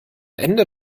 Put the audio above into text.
ende